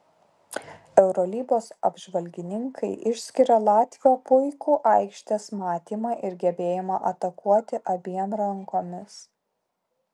eurolygos apžvalgininkai išskiria latvio puikų aikštės matymą ir gebėjimą atakuoti abiem rankomis